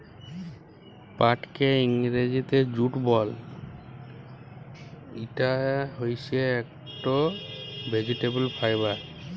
পাটকে ইংরজিতে জুট বল, ইটা হইসে একট ভেজিটেবল ফাইবার